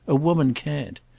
a woman can't.